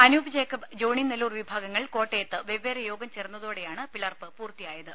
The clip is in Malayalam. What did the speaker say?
അനൂപ് ജേക്കബ് ജോണി നെല്ലൂർ വിഭാഗങ്ങൾ കോട്ടയത്ത് വെപ്പേറെ യോഗം ചേർന്നതോടെയാണ് പിളർപ്പ് പൂർത്തിയായത്